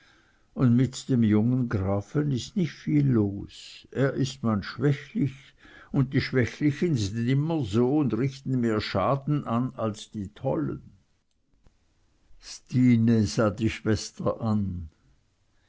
un mit dem jungen grafen is nich viel los er is man schwächlich un die schwächlichen sind immer so un richten mehr schaden an als die dollen stine sah die schwester an